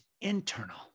internal